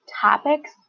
topics